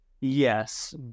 Yes